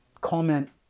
comment